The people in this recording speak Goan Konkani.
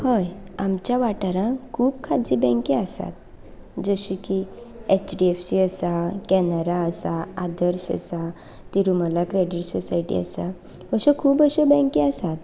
हय आमच्या वाटारांक खूब खाजगी बँकी आसा जशे की एचडीएफसी आसा कॅनरा आसा आदर्श आसा तिरुमला क्रेडीट सोसायटी आसा अश्यो खूब अश्यो बँकी आसात